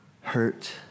hurt